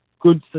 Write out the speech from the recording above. good